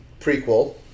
prequel